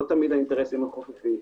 לא תמיד האינטרסים חופפים.